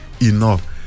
enough